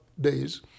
days